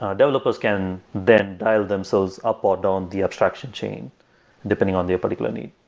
ah developers can then dial themselves up or down the abstraction chain depending on their particular need.